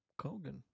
Kogan